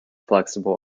flexible